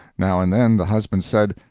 now and then the husband said,